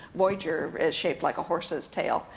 voyager is shaped like a horse's tail.